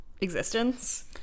existence